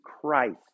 Christ